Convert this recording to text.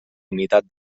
unitat